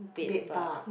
bed bugs